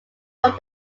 from